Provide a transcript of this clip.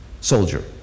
soldier